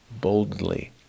boldly